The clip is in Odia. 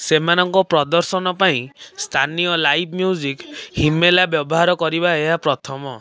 ସେମାନଙ୍କ ପ୍ରଦର୍ଶନ ପାଇଁ ସ୍ଥାନୀୟ ଲାଇଭ୍ ମ୍ୟୁଜିକ୍ ହିମେଲା ବ୍ୟବହାର କରିବା ଏହା ପ୍ରଥମ